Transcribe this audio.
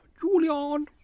Julian